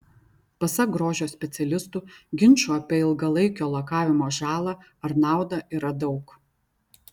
pasak grožio specialistų ginčų apie ilgalaikio lakavimo žalą ar naudą yra daug